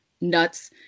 nuts